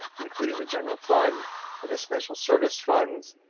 including the general fund or the special service funds,